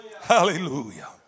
Hallelujah